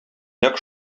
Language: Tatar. нәкъ